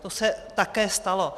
To se také stalo.